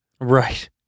Right